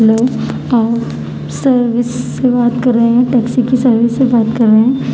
hello آپ service سے بات کر رہے ہیں ٹیکسی کی سروس سے بات کر رہے ہیں